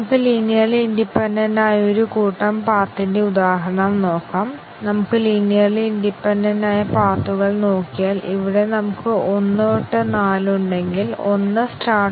നമ്മൾ ശ്രേണിയിലേക്ക് നോക്കുകയാണെങ്കിൽ സ്റ്റേറ്റ്മെന്റ് കവറേജ് ഡിസിഷൻ അല്ലെങ്കിൽ branch coverage condition decision coverage എന്നിവയേക്കാൾ മൾട്ടിപ്പിൾ കണ്ടീഷൻ ഡിസിഷൻ കവറേജ് ശക്തമാണ്